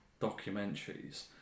documentaries